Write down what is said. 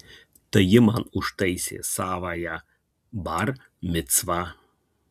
tai ji man užtaisė savąją bar micvą